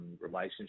relationship